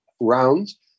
rounds